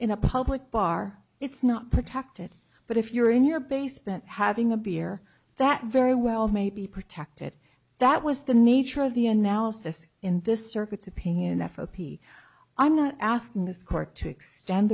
in a public bar it's not protected but if you're in your basement having a beer that very well may be protected that was the nature of the analysis in this circuit's opinion f o p i'm not asking this court to extend